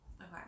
Okay